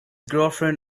girlfriend